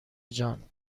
جان